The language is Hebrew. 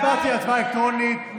ההצבעה תהיה הצבעה אלקטרונית.